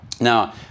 Now